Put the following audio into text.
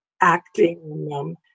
acting